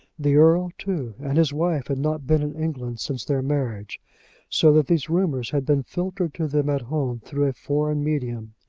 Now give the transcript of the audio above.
the earl too and his wife had not been in england since their marriage so that these rumours had been filtered to them at home through a foreign medium.